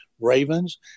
Ravens